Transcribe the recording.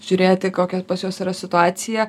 žiūrėti kokia pas juos yra situacija